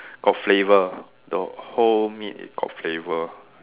got flavour the whole meat got flavour